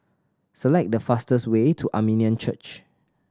select the fastest way to Armenian Church